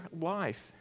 life